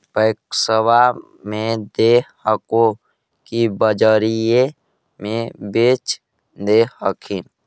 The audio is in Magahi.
पैक्सबा मे दे हको की बजरिये मे बेच दे हखिन?